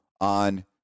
on